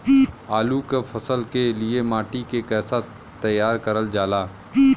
आलू क फसल के लिए माटी के कैसे तैयार करल जाला?